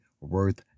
worth